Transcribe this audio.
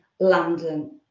London